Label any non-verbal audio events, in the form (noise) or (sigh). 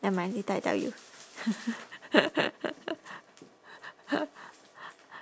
never mind later I tell you (noise)